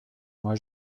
moi